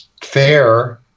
fair